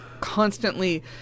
constantly